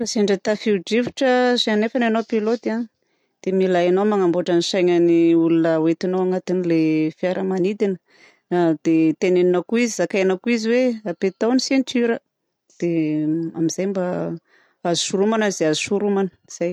Raha sendra tafio-drivotra nefany ianao pilôte dia mila hainao manamboatra ny sainan'ny olona hoentinao anaty le fiara manidina. Dia teneninao koa izy zakainao koa izy hoe apetaho ny ceinture dia amin'izay mba azo soromana izay azo soromana. Zay!